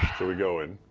shall we go in?